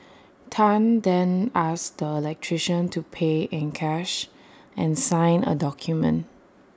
Tan then asked the electrician to pay in cash and sign A document